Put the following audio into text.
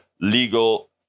Legal